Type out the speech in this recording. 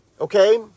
Okay